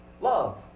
love